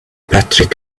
patrick